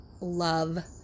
love